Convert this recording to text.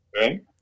Right